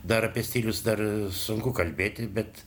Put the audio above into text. dar apie stilius dar sunku kalbėti bet